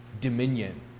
dominion